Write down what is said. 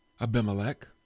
Abimelech